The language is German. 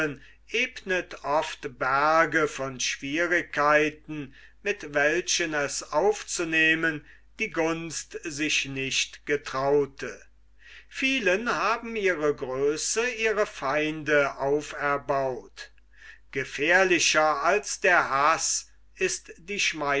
berge von schwierigkeiten mit welchen es aufzunehmen die gunst sich nicht getraute vielen haben ihre größe ihre feinde auferbaut gefährlicher als der haß ist